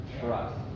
Trust